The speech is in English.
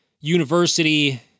university